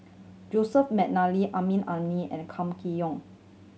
Joseph McNally Amrin Amin and Kam Kee Yong